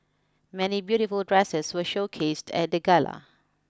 many beautiful dresses were showcased at the Gala